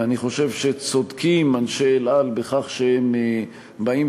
אני חושב שצודקים אנשי "אל על" בכך שהם אומרים,